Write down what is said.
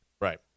right